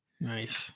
Nice